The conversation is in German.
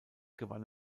gewann